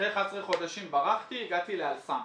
אחרי 11 חודשים ברחתי, הגעתי ל"אל סם".